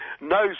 No